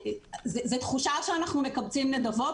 זאת תחושה שאנחנו מקבצים נדבות,